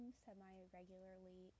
semi-regularly